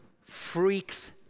freaks